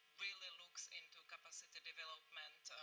really looks into capacity development,